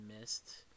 missed